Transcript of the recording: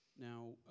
Now